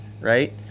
right